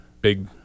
big